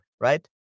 right